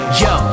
yo